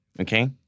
Okay